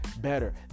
better